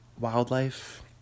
Wildlife